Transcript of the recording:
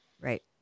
Right